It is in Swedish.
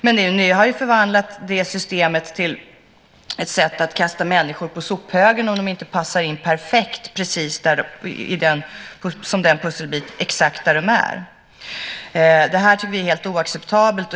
Men ni har ju förvandlat det systemet till ett sätt att kasta människor på sophögen om de inte passar in perfekt som en pusselbit exakt där de är. Det tycker vi är helt oacceptabelt.